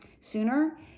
sooner